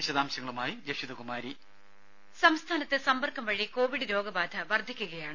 വിശദാംശങ്ങളുമായി ജഷിതകുമാരി രുപ്പ സംസ്ഥാനത്ത് സമ്പർക്കം വഴി കോവിഡ് രോഗബാധ വർദ്ധിക്കുകയാണ്